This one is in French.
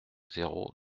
zéro